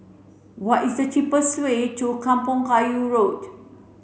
what is the cheapest way to Kampong Kayu Road